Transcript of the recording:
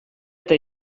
eta